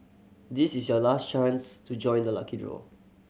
this is your last chance to join the lucky draw